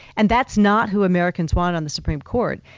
and that's not who americans want on the supreme court,